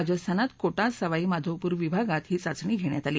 राजस्थानात कोटा सवाईमाधोपुर विभागात ही चाचणी घेण्यात आली